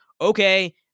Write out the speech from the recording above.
okay